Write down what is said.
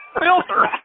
filter